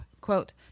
Quote